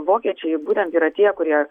vokiečiai būtent yra tie kurie